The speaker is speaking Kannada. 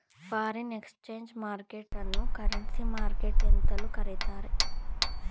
ಫಾರಿನ್ ಎಕ್ಸ್ಚೇಂಜ್ ಮಾರ್ಕೆಟ್ ಅನ್ನೋ ಕರೆನ್ಸಿ ಮಾರ್ಕೆಟ್ ಎಂತಲೂ ಕರಿತ್ತಾರೆ